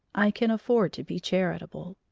i can afford to be charitable.